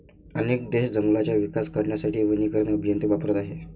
अनेक देश जंगलांचा विकास करण्यासाठी वनीकरण अभियंते वापरत आहेत